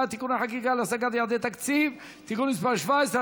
(תיקוני חקיקה להשגת יעדי התקציב) (תיקון מס' 17),